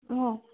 অঁ